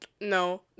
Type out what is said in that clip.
No